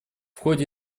ходе